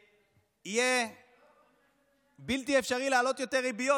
שיהיה בלתי אפשרי להעלות יותר ריביות,